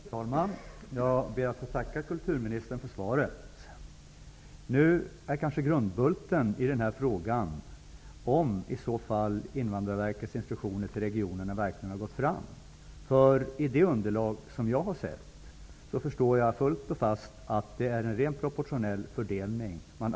Herr talman! Jag får tacka kulturministern för svaret. Grundbulten i den här frågan är kanske om huruvida Invandrarverkets instruktioner till regionerna verkligen har gått fram. Enligt det underlag som jag har tagit del av förstår jag fullt och fast att man arbetar efter en ren proportionell fördelning.